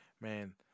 man